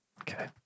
Okay